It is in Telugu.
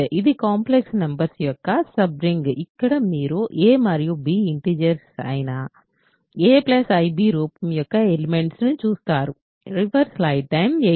ఇది కాంప్లెక్స్ నంబర్స్ యొక్క సబ్ రింగ్ ఇక్కడ మీరు a మరియు b ఇంటిజర్స్ అయిన a i b రూపం యొక్క ఎలిమెంట్స్ చూస్తారు